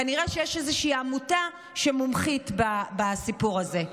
כנראה שיש איזושהי עמותה שמומחית בסיפור הזה,